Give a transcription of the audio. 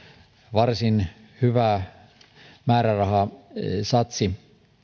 varsin hyvä määrärahasatsi